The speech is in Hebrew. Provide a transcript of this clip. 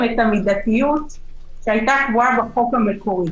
את המידתיות שהייתה קבועה בחוק המקורי,